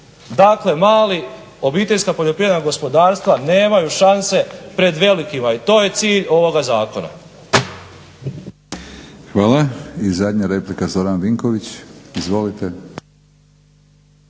Dakle mali, obiteljska poljoprivredna gospodarstva nemaju šanse pred velikima i to je cilj ovoga zakona.